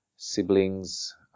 siblings